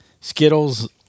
Skittles